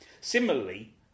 Similarly